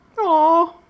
Aw